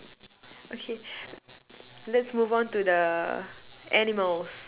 okay let's move on to the animals